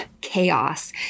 chaos